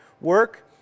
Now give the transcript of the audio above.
work